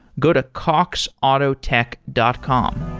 go to coxautotech dot com.